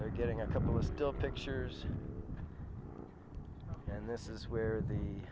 they're getting a couple of still pictures and this is where the